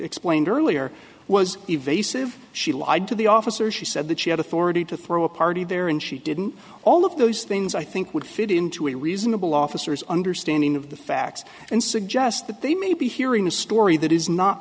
explained earlier was evasive she lied to the officer she said that she had authority to throw a party there and she didn't all of those things i think would fit into a reasonable officers understanding of the facts and suggest that they may be hearing a story that is not